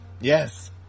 Yes